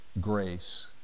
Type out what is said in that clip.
Grace